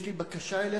יש לי בקשה אליך,